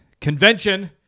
convention